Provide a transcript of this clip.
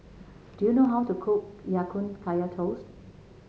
do you know how to cook Ya Kun Kaya Toast